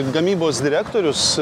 gamybos direktorius